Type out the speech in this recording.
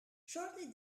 shortly